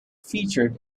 featured